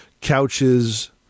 couches